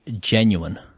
genuine